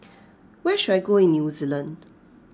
where should I go in New Zealand